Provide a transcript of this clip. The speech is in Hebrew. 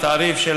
בתעריף של